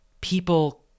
people